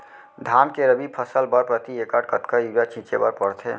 धान के रबि फसल बर प्रति एकड़ कतका यूरिया छिंचे बर पड़थे?